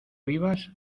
vivas